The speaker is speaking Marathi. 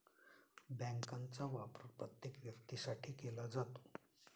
बँकांचा वापर प्रत्येक व्यक्तीसाठी केला जातो